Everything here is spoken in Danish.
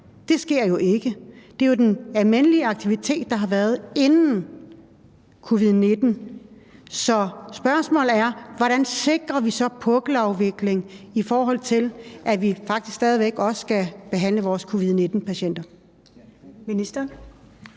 Det sker jo ikke. Det er jo den almindelige aktivitet, der har været inden covid-19. Så spørgsmålet er: Hvordan sikrer vi så pukkelafviklingen, i forhold til at vi faktisk stadig væk også skal behandle vores covid-19-patienter? Kl.